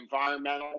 environmental